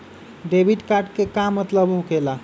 Debit card के का मतलब होकेला?